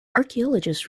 archaeologists